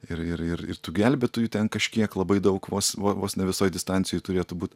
ir ir ir ir tų gelbėtojų ten kažkiek labai daug vos vo vos ne visoj distancijoj turėtų būt